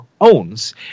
owns